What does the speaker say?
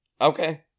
Okay